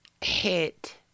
hit